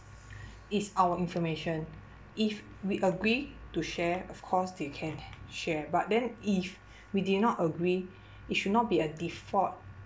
it's our information if we agree to share of course you can share but then if we did not agree it should not be a default